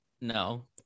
No